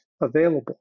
available